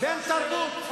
בן-תרבות.